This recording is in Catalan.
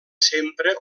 sempre